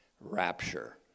rapture